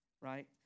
right